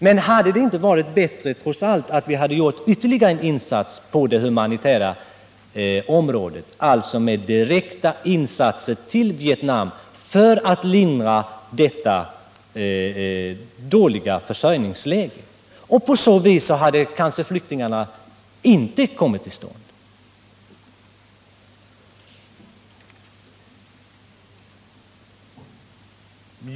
Men hade det inte trots allt varit bättre om vi hade gjort ytterligare en insats på det humanitära området, alltså en direkt insats till Vietnam för att lindra det dåliga försörjningsläget? På så vis hade kanske flyktingfrågan inte varit aktuell.